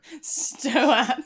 stoat